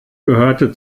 gehörte